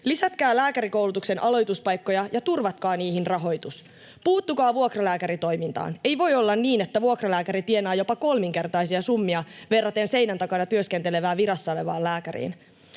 Lisätkää lääkärikoulutuksen aloituspaikkoja ja turvatkaa niihin rahoitus. Puuttukaa vuokralääkäritoimintaan. Ei voi olla niin, että vuokralääkäri tienaa jopa kolminkertaisia summia verraten seinän takana työskentelevään virassa olevaan lääkäriin.